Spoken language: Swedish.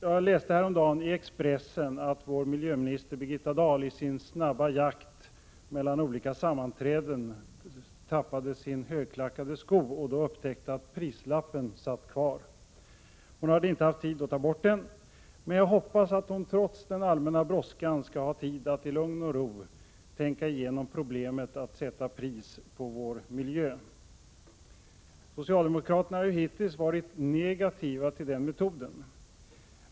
Jag läste häromdagen i Expressen att vår miljöminister Birgitta Dahl i sin snabba jakt mellan olika sammanträden tappade sin högklackade sko och då upptäckte att prislappen satt kvar. Hon hade inte haft tid att ta bort den. Men jag hoppas att hon trots den allmänna brådskan skall ha tid att i lugn och ro tänka igenom problemet att sätta pris på vår miljö. Socialdemokraterna har hittills varit negativa till den metoden.